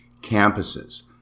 campuses